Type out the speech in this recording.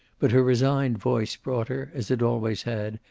but her resigned voice brought her, as it always had,